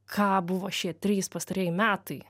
ką buvo šie trys pastarieji metai